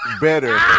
Better